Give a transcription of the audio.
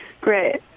Great